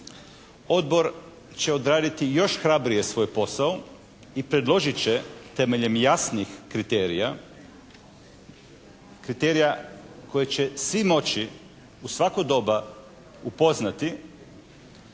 Odbor će odraditi još hrabrije svoj posao i predložit će temeljem jasnih kriterija, kriterija koje će svi moći u svako doba upoznati,